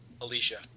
Alicia